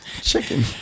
Chicken